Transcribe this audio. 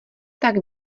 tak